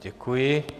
Děkuji.